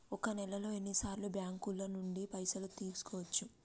ఒక నెలలో ఎన్ని సార్లు బ్యాంకుల నుండి పైసలు తీసుకోవచ్చు?